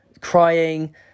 crying